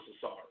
sorry